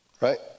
right